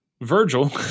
Virgil